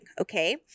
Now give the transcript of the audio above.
okay